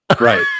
Right